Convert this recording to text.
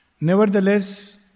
Nevertheless